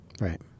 Right